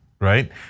right